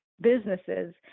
businesses